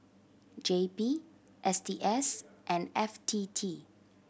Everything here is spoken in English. J P S T S and F T T